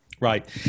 right